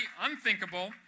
unthinkable